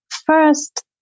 First